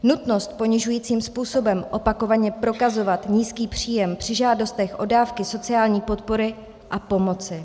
Nutnost ponižujícím způsobem opakovaně prokazovat nízký příjem při žádostech o dávky sociální podpory a pomoci.